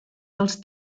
dels